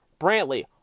Brantley